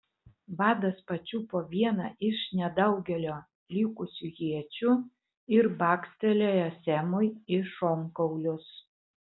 vadas pačiupo vieną iš nedaugelio likusių iečių ir bakstelėjo semui į šonkaulius